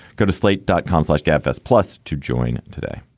go to slate dot com slash gabfest plus to join today